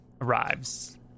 arrives